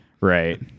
Right